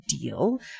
deal